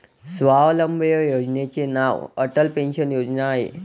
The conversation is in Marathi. स्वावलंबन योजनेचे नाव अटल पेन्शन योजना आहे